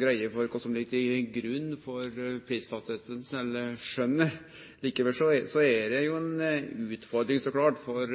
greie for kva som ligg til grunn for prisfastsetjinga, eller skjønet, likevel er det ei utfordring – så klart – for